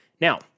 Now